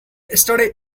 yesterday